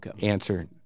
answer